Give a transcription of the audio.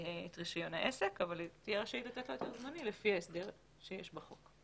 את רישיון העסק אבל היא תהיה רשאית לתת לו את הזמני לפי ההסדר שיש בחוק.